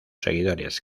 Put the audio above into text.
seguidores